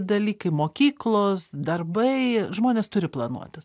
dalykai mokyklos darbai žmonės turi planuotis